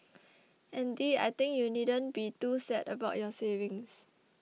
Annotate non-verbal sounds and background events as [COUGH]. [NOISE] Andy I think you needn't be too sad about your savings